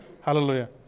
Hallelujah